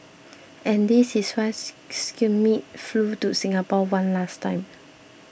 and this is why Schmidt flew to Singapore one last time